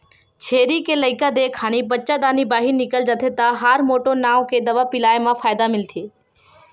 छेरी के लइका देय खानी बच्चादानी बाहिर निकल जाथे त हारमोटोन नांव के दवा पिलाए म फायदा मिलथे